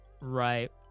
Right